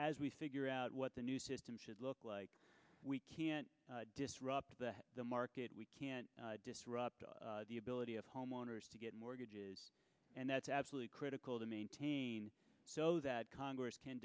as we figure out what the new system should look like we can't disrupt the market we can't disrupt the ability of homeowners to get mortgages and that's absolutely critical to maintain so that congress can